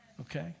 okay